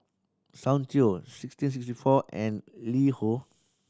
Soundteoh sixteen sixty four and LiHo